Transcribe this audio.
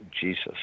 Jesus